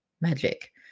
magic